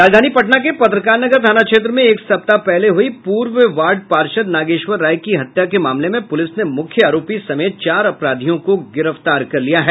राजधानी पटना के पत्रकार नगर थाना क्षेत्र में करीब एक सप्ताह पहले हुई पूर्व वार्ड पार्षद नागेश्वर राय की हत्या के मामले में पुलिस ने मुख्य आरोपी समेत चार अपराधियों को गिरफ्तार कर लिया है